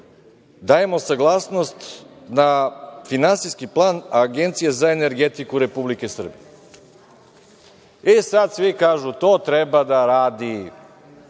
dajemo saglasnost na Finansijski plan Agencije za energetiku Republike Srbije. Sada svi kažu – to treba da radi